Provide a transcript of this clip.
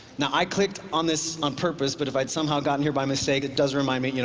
now i clicked on this on purpose, but if i'd somehow gotten here by mistake, it does remind me,